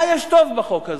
מה יש טוב בחוק הזה?